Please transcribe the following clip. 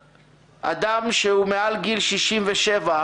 אדם שהוא מעל גיל 67,